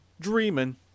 Dreaming